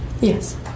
Yes